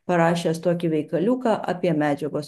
parašęs tokį veikaliuką apie medžiagos